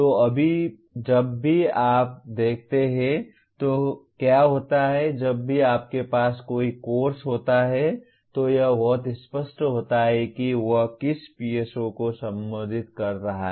तो जब भी आप देखते हैं तो क्या होता है जब भी आपके पास कोई कोर्स होता है तो यह बहुत स्पष्ट होता है कि वह किस PSO को संबोधित कर रहा है